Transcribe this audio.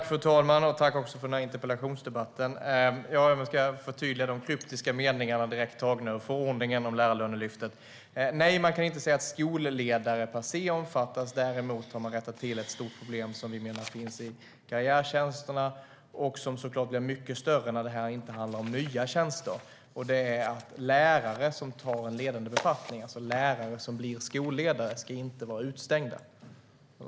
Fru talman! Jag tackar för interpellationsdebatten. Jag ska förtydliga de kryptiska meningarna, som är direkt tagna ur förordningen om Lärarlönelyftet. Nej, man kan inte säga att skolledare per se omfattas. Däremot har man rättat till ett stort problem som vi menar finns i karriärtjänsterna, och som såklart blir mycket större när det inte handlar om nya tjänster, nämligen att lärare som tar en ledande befattning, det vill säga lärare som blir skolledare, inte ska vara utestängda.